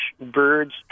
birds